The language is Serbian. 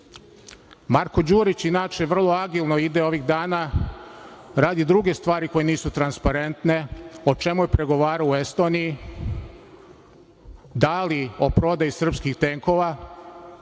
tekst? Marko Đurić, inače vrlo agilno ide ovih dana, radi druge stvari koje nisu transparentne, o čemu je pregovarao u Estoniji, da li o prodaji srpskih tenkova